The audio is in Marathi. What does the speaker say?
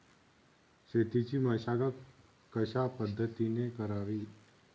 शेतीची मशागत कशापद्धतीने करावी?